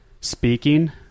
speaking